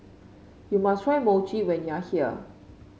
you must try Mochi when you are here